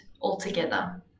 altogether